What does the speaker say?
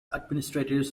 administrators